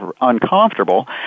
uncomfortable